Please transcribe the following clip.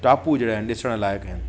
टापू जहिड़ा आहिनि ॾिसण लाइक़ु आहिनि